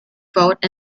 vote